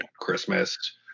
Christmas